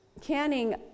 canning